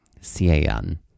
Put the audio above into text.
C-A-N